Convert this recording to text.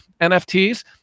NFTs